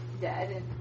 dead